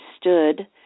stood